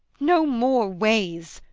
no more ways!